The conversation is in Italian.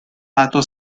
lato